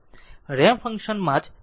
ramp function માં જ તેથી 4 rt 3 12 ut 3